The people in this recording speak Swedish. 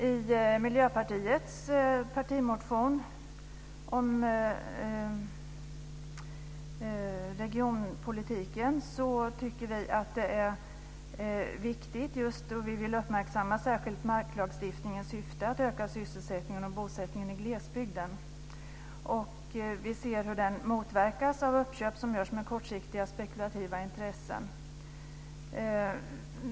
I Miljöpartiets partimotion om regionalpolitiken framför vi att det är viktigt att uppmärksamma marklagstiftningens syfte att öka sysselsättningen och bosättningen i glesbygden. Vi ser hur den motverkas av uppköp som görs med kortsiktiga spekulativa intressen.